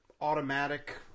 automatic